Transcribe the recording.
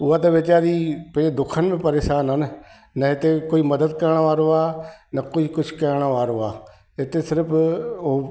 उहा त वीचारी पे दुखनि में परेशानु आहे न न इते कोई मदद करणु वारो आहे न कोई कुझु करणु वारो आहे हिते सिर्फ ओ